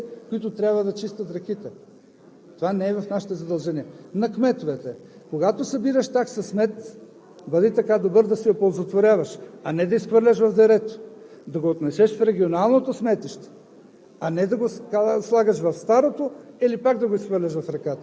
да издаваме предписания и ги правим, но не трябва да считате, че ние сме тези, които трябва да чистят реките. Това не е в нашите задължения. На кметовете е. Когато събираш такса смет, бъди така добър да си я оползотворяваш, а не да изхвърляш в дерето, да го занесеш в регионалното сметище,